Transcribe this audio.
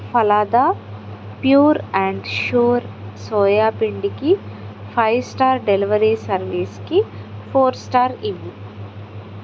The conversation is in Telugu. Phalada pure and sure soya పిండికి ఫైవ్ స్టార్ డెలివరీ సర్వీస్కి ఫోర్ స్టార్ ఇవ్వు